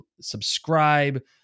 subscribe